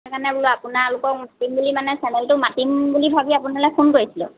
সেইকাৰণে বোলো আপোনালোকক মাতিম বুলি মানে চেনেলটো মাতিম বুলি ভাবি আপোনালে ফোন কৰিছিলোঁ